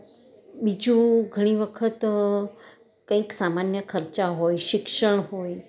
બીજું ઘણી વખત કંઈક સામાન્ય ખર્ચા હોય શિક્ષણ હોય